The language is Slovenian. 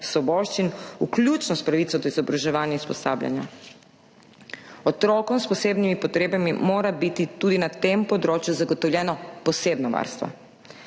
svoboščin, vključno s pravico do izobraževanja in usposabljanja. Otrokom s posebnimi potrebami mora biti tudi na tem področju zagotovljeno posebno varstvo.